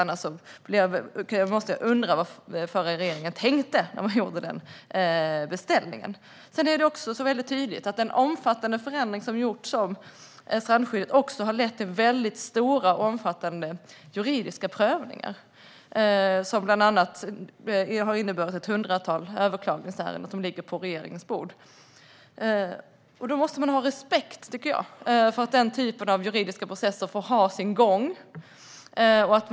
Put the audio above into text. Annars måste jag undra vad den förra regeringen tänkte när den gjorde beställningen. Det är också tydligt att den omfattande förändring som gjorts av strandskyddet har lett till stora och omfattande juridiska prövningar. Det har bland annat inneburit ett hundratal överklagandeärenden, som ligger på regeringens bord. Vi måste ha respekt, tycker jag, för den typen av juridiska processer och låta dem ha sin gång.